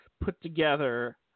put-together